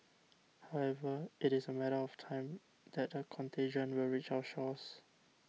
however it is a matter of time that the contagion will reach our shores